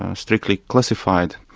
strictly classified.